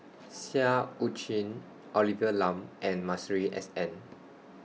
Seah EU Chin Olivia Lum and Masuri S N